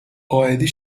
قائدی